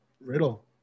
Riddle